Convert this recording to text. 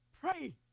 Pray